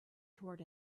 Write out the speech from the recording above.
toward